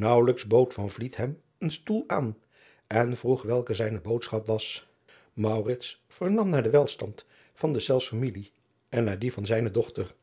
aauwelijks bood hem een stoel aan en vroeg welke zijne boodschap was vernam naar den welstand van deszelfs familie en naar dien van zijne dochter